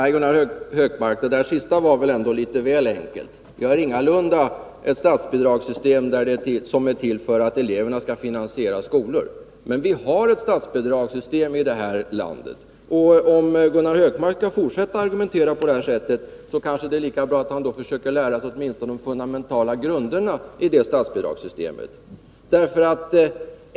Herr talman! Det sista var väl ändå litet väl enkelt, Gunnar Hökmark. Vi har ingalunda ett statsbidragssystem som är till för att eleverna skall finansiera skolor. Men vi har ett statsbidragssystem i detta land. Om Gunnar Hökmark skall fortsätta att argumentera på detta sätt, kanske det är lika bra att han försöker lära sig åtminstone de fundamentala grunderna i detta statsbidragssystem.